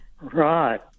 Right